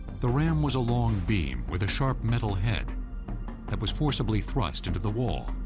the ram was a long beam with a sharp metal head that was forcibly thrust into the wall.